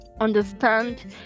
understand